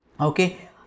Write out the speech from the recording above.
okay